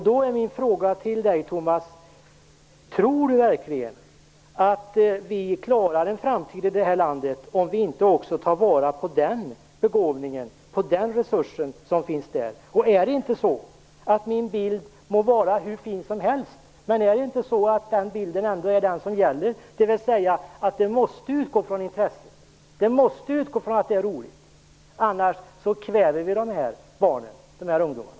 Då är min fråga: Tror verkligen Tomas Högström att vi klarar en framtid i det här landet om vi inte också tar vara på den begåvningen och resursen? Är det inte så att min bild - den må vara hur fin som helst - ändå är den som gäller, dvs. att man måste utgå från intresset, från att det är roligt? Annars kväver vi dessa barn och ungdomar.